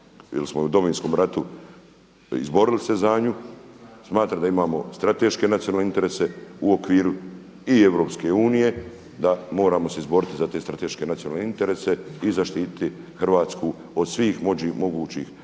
jer smo u Domovinskom ratu izborili se za nju, smatram da imamo strateške nacionalne interese u okviru i Europske unije da moramo se izboriti za te strateške nacionalne interese i zaštititi Hrvatsku od svih mogućih